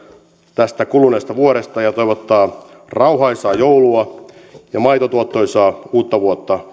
tästä kuluneesta vuodesta ja toivottaa rauhaisaa joulua ja maitotuottoisaa uutta vuotta